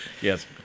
Yes